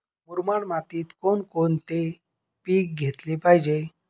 मुरमाड मातीत कोणकोणते पीक घेतले पाहिजे?